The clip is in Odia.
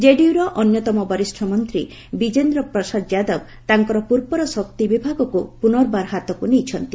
ଜେଡିୟର ଅନ୍ୟତମ ବରିଷ୍ଣ ମନ୍ତ୍ରୀ ବିଜେନ୍ଦ୍ର ପ୍ରସାଦ ଯାଦବ ତାଙ୍କର ପୂର୍ବର ଶକ୍ତି ବିଭାଗକୁ ପୁନର୍ବାର ହାତକୁ ନେଇଛନ୍ତି